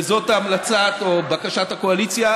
וזאת המלצת או בקשת הקואליציה.